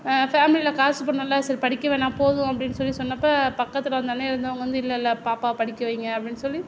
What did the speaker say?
பேமிலியில் காசு பணம் இல்லை சரி போதும் அப்படின்னு சொல்லி சொன்னப்போ பக்கத்தில் அந்த அண்ணன் இருந்தவங்க வந்து இல்லை இல்லை பாப்பாவை படிக்க வைங்க அப்படின்னு சொல்லி